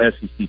SEC